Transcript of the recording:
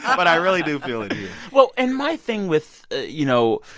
um but i really do feel it here well, and my thing with you know,